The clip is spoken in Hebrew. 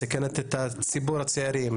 מסכנת את ציבור הצעירים,